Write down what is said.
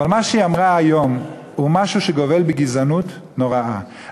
אבל מה שהיא אמרה היום הוא משהו שגובל בגזענות נוראה: